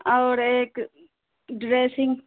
اور ایک ڈریسنگ